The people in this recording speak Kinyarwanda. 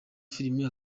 filime